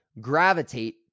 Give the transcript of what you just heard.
gravitate